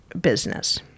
business